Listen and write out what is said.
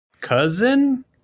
cousin